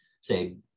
say